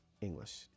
English